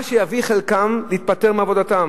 מה שיביא את חלקן להתפטר מעבודתן,